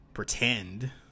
pretend